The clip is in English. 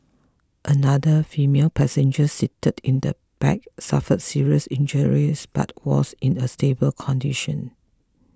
another female passenger seated in the back suffered serious injuries but was in a stable condition